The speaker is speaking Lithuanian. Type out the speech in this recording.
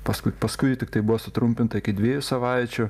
paskui paskui tiktai buvo sutrumpinta iki dviejų savaičių